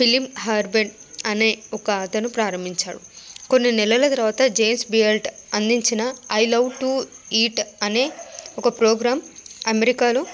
Philip Harben అనే ఒక అతను ప్రారంభించాడు కొన్ని నెలల తర్వాత జేమ్స్ బియర్డ్ అందించిన ఐ లవ్ టు ఈట్ అనే ఒక ప్రోగ్రాం అమెరికాలో